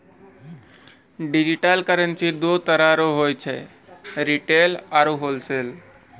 digital currency दो तरह रो हुवै छै रिटेल आरू होलसेल